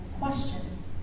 question